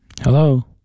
Hello